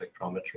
spectrometry